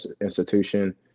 institution